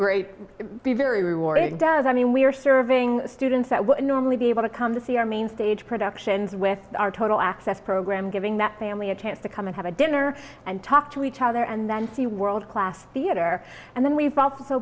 great be very rewarding as i mean we are serving students that would normally be able to come to see our main stage productions with our total access program giving that family a chance to come and have a dinner and talk to each other and then see world class theater and then we've also